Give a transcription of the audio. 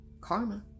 Karma